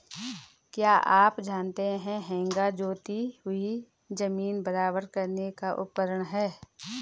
क्या आप जानते है हेंगा जोती हुई ज़मीन बराबर करने का उपकरण है?